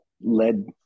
led